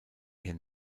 hier